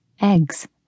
eggs